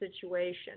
situation